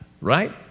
Right